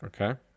Okay